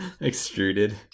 Extruded